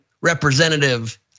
representative